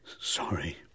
sorry